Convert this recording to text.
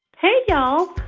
hey, y'all.